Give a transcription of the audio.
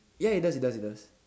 ya it does it does